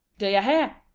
d'yer hear?